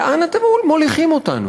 לאן אתם מוליכים אותנו?